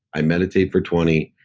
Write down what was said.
i meditate for twenty,